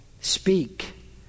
speak